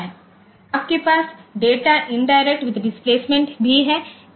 आपके पास data indirect with displacement भी है